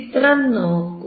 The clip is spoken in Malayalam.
ചിത്രം നോക്കൂ